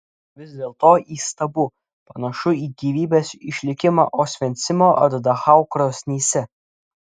vis dėlto įstabu panašu į gyvybės išlikimą osvencimo ar dachau krosnyse